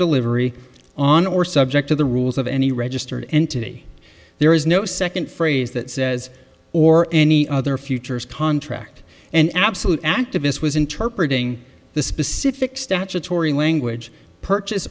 delivery on or subject to the rules of any registered entity there is no second phrase that says or any other futures contract and absolute activists was interpretating the specific statutory language purchase